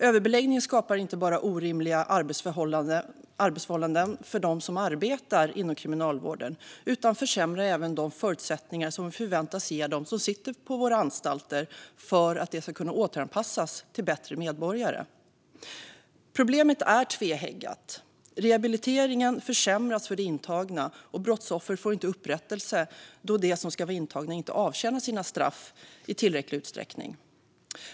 Överbeläggningen skapar inte bara orimliga arbetsförhållanden för dem som arbetar inom kriminalvården utan försämrar även de förutsättningar som vi förväntas ge dem som sitter på våra anstalter för att de ska kunna återanpassas till bättre medborgare. Problemet är tveeggat: Rehabiliteringen försämras för de intagna, och brottsoffer får inte upprättelse eftersom de som ska vara intagna inte avtjänar sina straff i tillräcklig utsträckning.